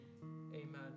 Amen